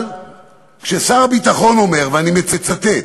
אבל כששר הביטחון אומר, ואני מצטט: